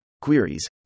queries